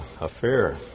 affair